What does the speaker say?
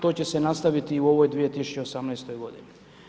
To će se nastaviti i u ovoj 2018. godini.